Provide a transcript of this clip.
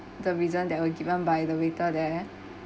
the reason that were given by the waiter there